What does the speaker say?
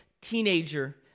teenager